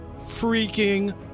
freaking